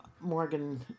Morgan